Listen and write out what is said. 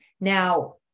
Now